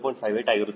58 ಆಗಿರುತ್ತದೆ